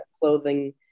clothing